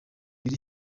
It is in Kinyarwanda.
biri